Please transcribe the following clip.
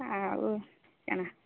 ଆଉ କାଣା